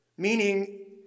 Meaning